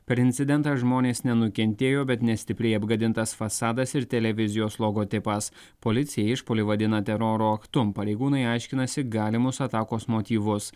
per incidentą žmonės nenukentėjo bet nestipriai apgadintas fasadas ir televizijos logotipas policija išpuolį vadina teroro aktu pareigūnai aiškinasi galimus atakos motyvus